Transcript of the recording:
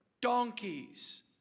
donkeys